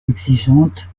exigeante